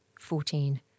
Fourteen